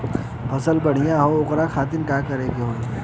फसल बढ़ियां हो ओकरे खातिर का करे के होई?